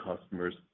customers